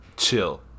chill